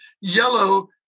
yellow